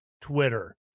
Twitter